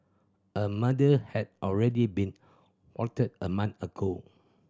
a murder had already been plotted a month ago